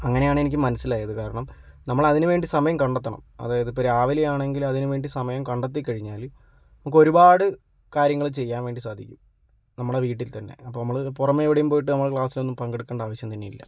അങ്ങനെയാണെനിക്ക് മനസ്സിലായത് കാരണം നമ്മളതിനു വേണ്ടി സമയം കണ്ടെത്തണം അതായത് ഇപ്പോൾ രാവിലെയാണെങ്കിൽ അതിനു വേണ്ടി സമയം കണ്ടെത്തി കഴിഞ്ഞാൽ നമുക്കൊരുപാട് കാര്യങ്ങൾ ചെയ്യാൻ വേണ്ടി സാധിക്കും നമ്മുടെ വീട്ടിൽ തന്നെ അപ്പോൾ നമ്മൾ പുറമെയെവിടെയും പോയിട്ട് നമ്മൾ ക്ലാസ്സിൽ പങ്കെടുക്കേണ്ട ആവശ്യം തന്നെയില്ല